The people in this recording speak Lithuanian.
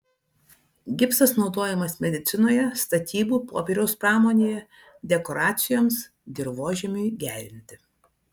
gipsas naudojamas medicinoje statybų popieriaus pramonėje dekoracijoms dirvožemiui gerinti